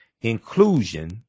inclusion